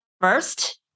First